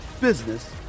business